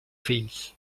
fills